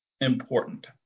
important